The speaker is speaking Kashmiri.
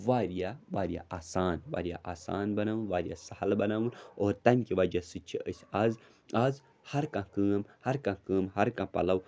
واریاہ واریاہ آسان واریاہ آسان بَنٲوٕن واریاہ سَہل بَنٲوٕن اور تَمہِ کہِ وَجَہ سۭتۍ چھِ أسۍ آز آز ہَر کانٛہہ کٲم ہَر کانٛہہ کٲم ہَر کانٛہہ پَلَو